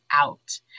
out